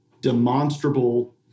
demonstrable